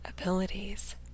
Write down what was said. abilities